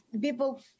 people